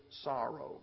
sorrow